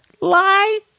lie